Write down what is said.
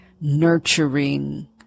nurturing